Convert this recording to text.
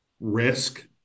risk